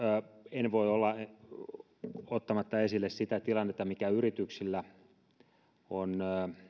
en voi olla ottamatta esille sitä tilannetta mikä yrityksillä on